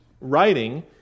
writing